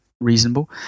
reasonable